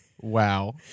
Wow